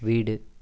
வீடு